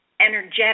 energetic